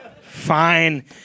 Fine